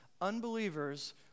unbelievers